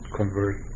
convert